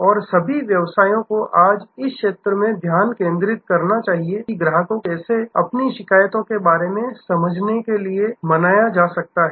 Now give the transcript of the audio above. और सभी व्यवसायों को आज इस क्षेत्र में ध्यान केंद्रित करना चाहिए कि ग्राहक को कैसे अपनी शिकायतों के बारे में समझाने के लिए मनाया जा सकता है